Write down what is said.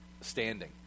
standing